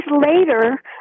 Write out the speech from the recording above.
later